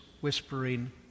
whispering